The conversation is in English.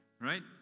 right